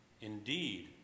Indeed